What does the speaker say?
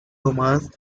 romance